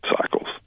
cycles